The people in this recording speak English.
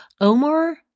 Omar